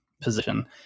position